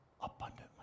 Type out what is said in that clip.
abundantly